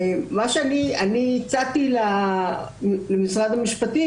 מה הצעתי למשרד המשפטים,